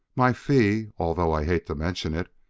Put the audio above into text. my fee, although i hate to mention it,